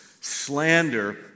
slander